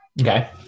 Okay